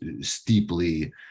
steeply